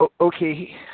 Okay